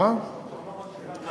היא כבר לא מקשיבה לך לתשובה.